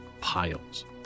Piles